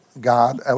God